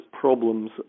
problems